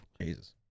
Jesus